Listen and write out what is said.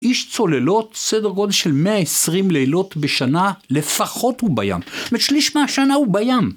איש צוללות סדר גודל של 120 לילות בשנה, לפחות הוא בים. זאת אומרת, שליש מהשנה הוא בים.